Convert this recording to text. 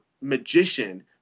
magician